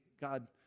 God